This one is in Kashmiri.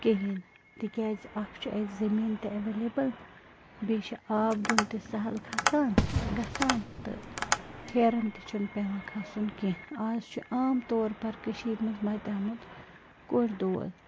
کِہیٖنۍ تِکیٛازِ اَکھ چھُ اَسہِ زمیٖن تہِ اٮ۪وَلیبٕل بیٚیہِ چھِ آب دیُن تہِ سہَل کھسان گژھان تہٕ ہیرَن تہِ چھُنہٕ پٮ۪وان کھَسُن کیٚنہہ آز چھِ عام طور پر کٔشیٖرِ منٛز متیومُت کوٚٹھۍ دود